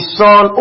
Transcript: son